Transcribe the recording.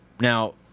Now